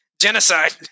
Genocide